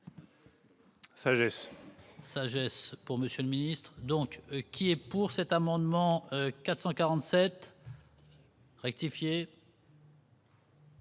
Sagesse. Sagesse pour Monsieur le Ministre, donc qui est pour cet amendement 447. Qui